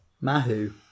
Mahu